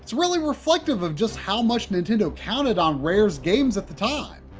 really reflective of just how much nintendo counted on rare's games at the time.